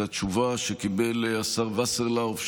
את התשובה שקיבל השר וסרלאוף,